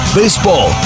baseball